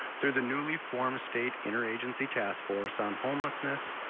through the newly formed state interagency task force on homelessness,